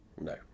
No